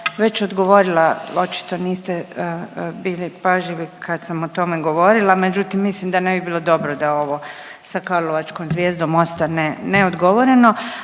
već odgovorila, očito niste bili pažljivi kad sam o tome govorila, međutim mislim da ne bi bilo dobro da ovo sa karlovačkom Zvijezdom ostane neodgovoreno,